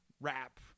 rap